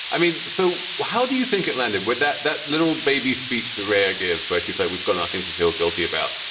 i mean so how do you think it landed with that that little baby speech the rare gift where she's said we've got nothing to feel guilty about.